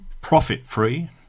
profit-free